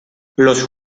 los